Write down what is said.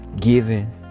Given